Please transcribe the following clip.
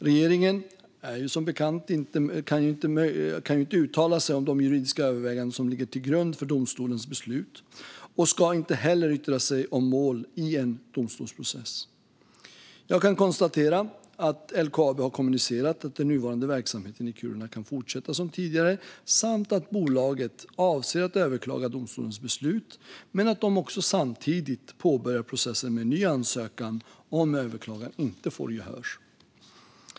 Regeringen kan, som bekant, inte uttala sig om de juridiska överväganden som ligger till grund för domstolens beslut och ska inte heller yttra sig om mål i en domstolsprocess. Jag kan konstatera att LKAB har kommunicerat att den nuvarande verksamheten i Kiruna kan fortsätta som tidigare samt att bolaget avser att överklaga domstolens beslut men att de samtidigt påbörjar processen med en ny ansökan om överklagan inte får gehör.